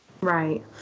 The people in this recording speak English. Right